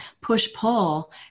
push-pull